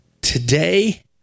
Today